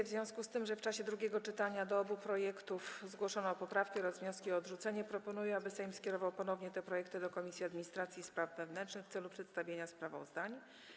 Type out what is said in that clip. W związku z tym, że w czasie drugiego czytania do obu projektów zgłoszono poprawki oraz wnioski o odrzucenie, proponuję, aby Sejm skierował ponownie te projekty do Komisji Administracji i Spraw Wewnętrznych w celu przedstawienia sprawozdań.